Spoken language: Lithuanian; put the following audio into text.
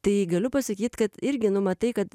tai galiu pasakyt kad irgi nu matai kad